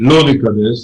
לא ניכנס,